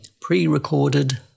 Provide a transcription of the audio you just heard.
pre-recorded